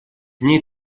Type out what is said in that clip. ней